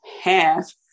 half